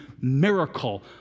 miracle